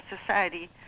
society